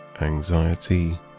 anxiety